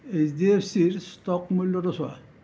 H D F চিৰ stock মূল্যটো চোৱা